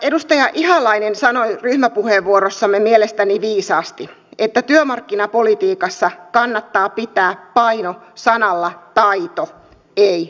edustaja ihalainen sanoi ryhmäpuheenvuorossamme mielestäni viisaasti että työmarkkinapolitiikassa kannattaa pitää paino sanalla taito ei sanalla voima